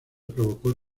provocó